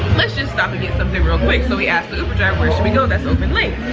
let's just stop and get something real quick. so we asked the uber driver where should we go that's open late?